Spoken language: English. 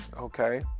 okay